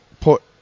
put